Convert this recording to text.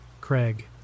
craig